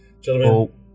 Gentlemen